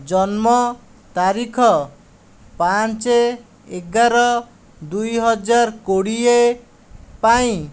ଜନ୍ମ ତାରିଖ ପାଞ୍ଚ ଏଗାର ଦୁଇ ହଜାର କୋଡ଼ିଏ ପାଇଁ